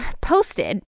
posted